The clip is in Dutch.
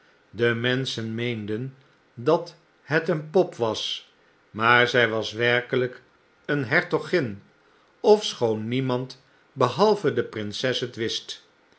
de menschen meenden dat het een pop was maar zy was werkelijk een hertogin ofschoon niemand behalve de prinses het wist